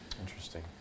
Interesting